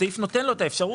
הסעיף נותן לו את האפשרות.